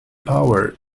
power